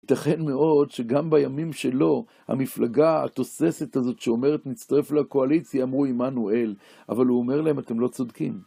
ייתכן מאוד שגם בימים שלו, המפלגה התוססת הזאת שאומרת נצטרף לקואליציה, אמרו עמנו אל, אבל הוא אומר להם, אתם לא צודקים.